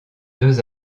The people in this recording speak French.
deux